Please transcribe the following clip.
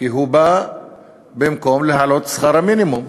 כי הוא בא במקום העלאת שכר המינימום,